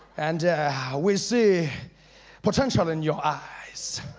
and we see potential in your eyes.